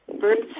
Birds